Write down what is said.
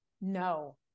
No